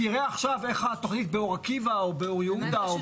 שיראה עכשיו איך התוכנית באור עקיבא או באור יהודה.